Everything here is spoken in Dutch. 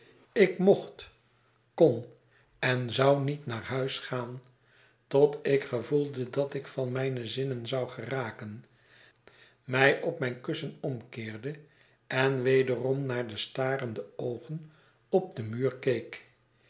ik mocht kon en zou niet naar huis gaan tot ik gevoelde dat ikvanmijnezinnen zou geraken mij op mijn kussenomkeerde en wederom naar de starende oogen op den muur keek